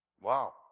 wow